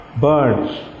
birds